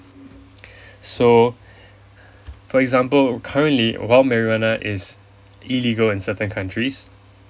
so for example current while marijuana is illegal in certain countries